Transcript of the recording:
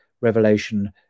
revelation